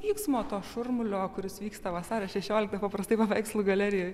vyksmo to šurmulio kuris vyksta vasario šešioliktą paprastai paveikslų galerijoj